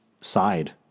side